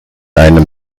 einem